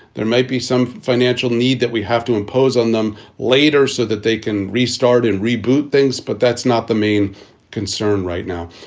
there may be some financial need that we have to impose on them later so that they can restart and reboot things. but that's not the main concern right now.